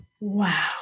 wow